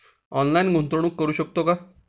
Online गुंतवणूक करू शकतो का?